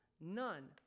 None